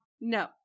no